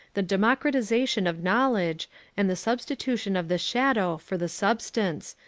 the democratisation of knowledge and the substitution of the shadow for the substance,